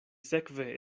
sekve